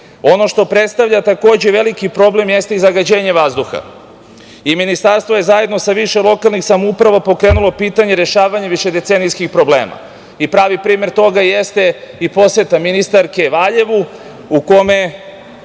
Ono što predstavlja takođe veliki problem jeste i zagađenje vazduha i Ministarstvo je zajedno sa više lokalnih samouprava pokrenulo pitanje rešavanje višedecenijskih problema. Pravi primer toga jeste i poseta ministarke u Valjevu u kome